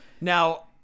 Now